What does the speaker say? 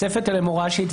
ככל ולא יהיו מבודדים, היא לא